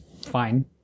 fine